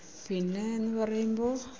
പിന്നെ എന്നുപറയുമ്പോൾ